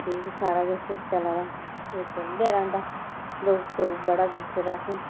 ठीक सारा किश चला दा ते चलदे रौंह्दा दुक्ख सुख बड़ा दिक्खे दा असें